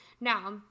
Now